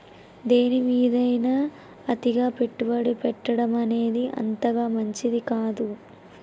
దేనిమీదైనా అతిగా పెట్టుబడి పెట్టడమనేది అంతగా మంచిది కాదు